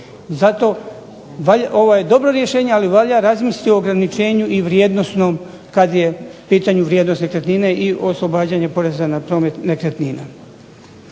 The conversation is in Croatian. Zato ovo je dobro rješenje, ali valja razmisliti o ograničenju i vrijednosnom kad je u pitanju vrijednost nekretnine i oslobađanje poreza na promet nekretnina.